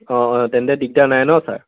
অঁ অঁ তেন্তে দিগদাৰ নাই ন ছাৰ